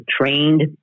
trained